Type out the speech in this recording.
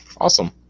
Awesome